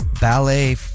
ballet